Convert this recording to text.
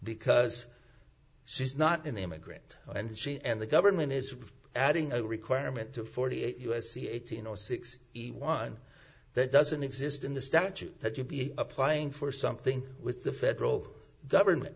because she's not an immigrant and she and the government is adding a requirement to forty eight u s c eighteen or six he won that doesn't exist in the statute that you be applying for something with the federal government